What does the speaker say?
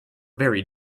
very